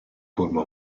forma